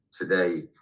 today